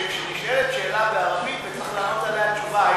שכשנשאלת שאלה בערבית וצריך לענות עליה תשובה,